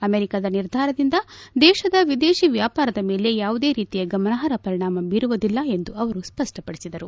ಅಮೆರಿಕದ ನಿರ್ಧಾರದಿಂದ ದೇಶದ ವಿದೇಶಿ ವ್ಯಾಪಾರದ ಮೇಲೆ ಯಾವುದೇ ರೀತಿಯ ಗಮನಾರ್ಹ ಪರಿಣಾಮ ಬೀರುವುದಿಲ್ಲ ಎಂದು ಅವರು ಸ್ಪಷ್ಟಪಡಿಸಿದರು